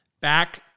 back